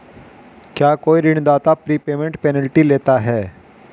क्या कोई ऋणदाता प्रीपेमेंट पेनल्टी लेता है?